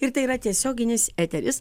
ir tai yra tiesioginis eteris